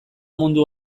mundu